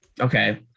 Okay